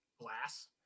glass